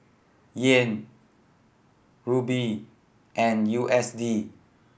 Yen Rupee and U S D